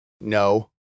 no